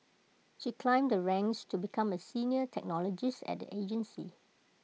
she climbed the ranks to become A senior technologist at the agency